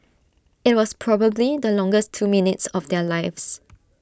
IT was probably the longest two minutes of their lives